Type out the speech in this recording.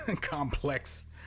complex